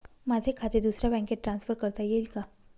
माझे खाते दुसऱ्या बँकेत ट्रान्सफर करता येईल का?